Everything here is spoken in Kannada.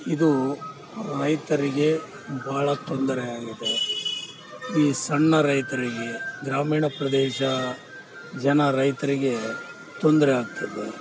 ಇದು ರೈತರಿಗೆ ಭಾಳ ತೊಂದರೆ ಆಗಿದೆ ಈ ಸಣ್ಣ ರೈತರಿಗೆ ಗ್ರಾಮೀಣ ಪ್ರದೇಶ ಜನ ರೈತರಿಗೆ ತೊಂದರೆ ಆಗ್ತದೆ